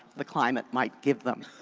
the climate might give them.